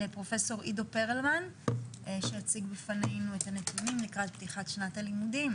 לפרופסור אדו פרלמן שיציג בפנינו את הנתונים לקראת פתיחת שנת הלימודים.